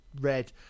red